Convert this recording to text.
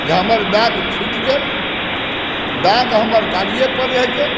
जे हमर बैग छुटि गेल बैग हमर गाड़िएपर रहि गेल